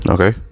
Okay